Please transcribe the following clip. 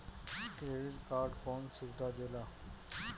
Credit card कौन सुबिधा देला?